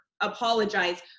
apologize